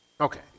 Okay